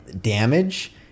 damage